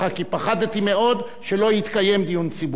כי פחדתי מאוד שלא יתקיים דיון ציבורי.